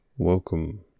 welcome